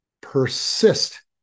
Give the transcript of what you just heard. persist